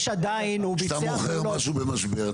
יש עדיין --- כשאתה מוכר משהו שמשבר,